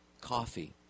coffee